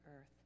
earth